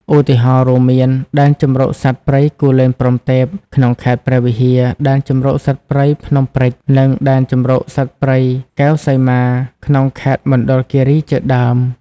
ឧទាហរណ៍ រួមមាន ដែនជម្រកសត្វព្រៃគូលែនព្រហ្មទេព ក្នុងខេត្តព្រះវិហារ ដែនជម្រកសត្វព្រៃភ្នំព្រេច និង ដែនជម្រកសត្វព្រៃកែវសីមា ក្នុងខេត្តមណ្ឌលគិរីជាដើម។